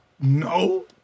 No